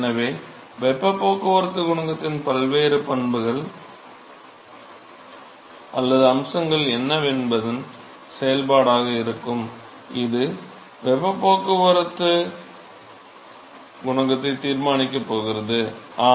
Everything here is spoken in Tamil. எனவே வெப்பப் போக்குவரத்துக் குணகத்தின் பல்வேறு பண்புகள் அல்லது அம்சங்கள் என்னவென்பதன் செயல்பாடாக இருக்கும் இது வெப்பப் போக்குவரத்துக் குணகத்தை தீர்மானிக்கப் போகிறது ஆம்